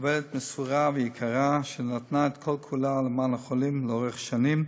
עובדת מסורה ויקרה שנתנה את כל-כולה למען החולים לאורך שנים,